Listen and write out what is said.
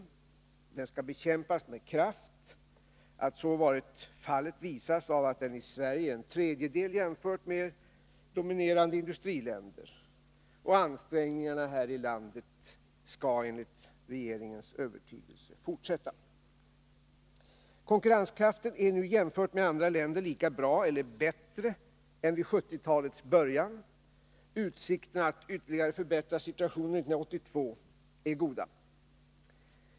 Den skall bekämpas med kraft. Att så varit fallet visas av att arbetslösheten i Sverige är en tredjedel jämfört med dominerande industriländer, och ansträngningarna här i landet skall enligt regeringens övertygelse fortsätta. Konkurrenskraften är nu, jämfört med andra länder, lika bra eller bättre än vid 1970-talets början. Utsikterna att ytterligare förbättra situationen under 1982 är goda.